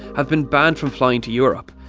have been banned from flying to europe.